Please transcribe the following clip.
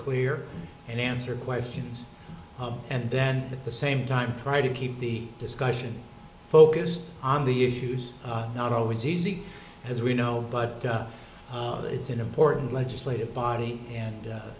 clear and answer questions and then at the same time try to keep the discussion focused on the issues not always easy as we know but it's an important legislative body and